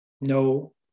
no